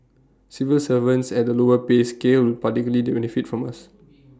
civil servants at the lower pay scale particularly benefit from us